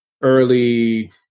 early